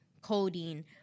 codeine